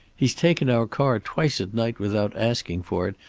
he's taken our car twice at night without asking for it,